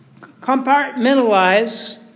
Compartmentalize